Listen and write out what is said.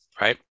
Right